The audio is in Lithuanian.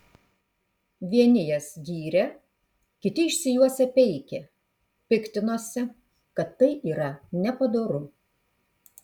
vieni jas gyrė kiti išsijuosę peikė piktinosi kad tai yra nepadoru